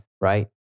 Right